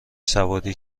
سواری